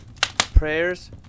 Prayers